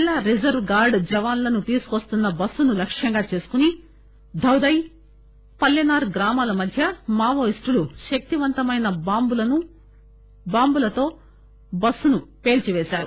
జిల్లా reserve guard జవాన్లను తీసుకు వస్తున్న బస్సును లక్ష్యంగా చేసుకుని ధౌదయ్ పల్లెనార్ గ్రామాల మధ్య మావోయిస్టులు శక్తివంతమైన బాంబులతో బస్సును పేల్చిపేశారు